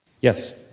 Yes